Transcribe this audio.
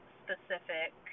specific